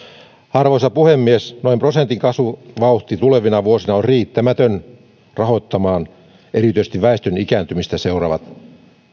arvoisa puhemies noin prosentin kasvuvauhti tulevina vuosina on riittämätön rahoittamaan erityisesti väestön ikääntymisestä seuraavat